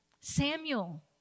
Samuel